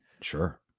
Sure